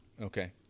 Okay